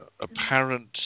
apparent